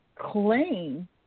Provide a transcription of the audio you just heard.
claim